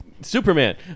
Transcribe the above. Superman